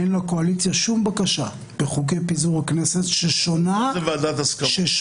אין לקואליציה שום בקשה בחוקי פיזור הכנסת ששונה --- בועז,